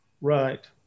Right